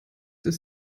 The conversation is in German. ist